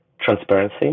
transparency